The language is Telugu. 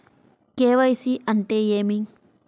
కే.వై.సి అంటే ఏమి?